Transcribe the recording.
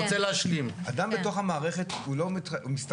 אני רוצה להשלים -- אדם בתוך המערכת הוא לא מסתכן,